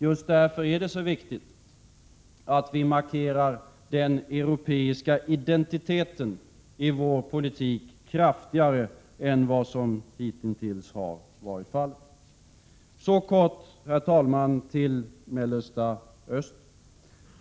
Just därför är det så viktigt att vi markerar den europeiska identiteten i vår politik kraftigare än vad som hitintills har varit fallet. Jag vill också, herr talman, nämna Mellersta Östern.